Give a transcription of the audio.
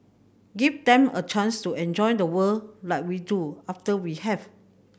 give them a chance to enjoy the world like we do after we have